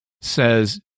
says